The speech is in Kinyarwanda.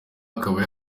akaba